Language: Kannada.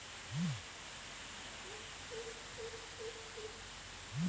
ನಮ್ಮ ತರಕಾರಿಯನ್ನು ಆನ್ಲೈನ್ ಮಾರ್ಕೆಟಿಂಗ್ ಮಾಡಲು ಎಂತ ಮಾಡುದು?